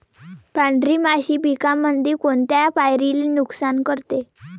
पांढरी माशी पिकामंदी कोनत्या पायरीले नुकसान करते?